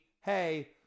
Hey